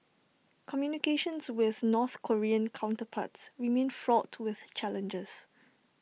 communications with north Korean counterparts remain fraught with challenges